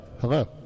hello